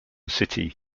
city